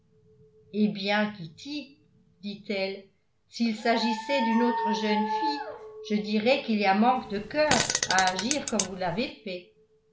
eh bien kitty dit-elle s'il s'agissait d'une autre jeune fille je dirais qu'il y a manque de cœur à agir comme vous l'avez fait